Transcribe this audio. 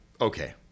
Okay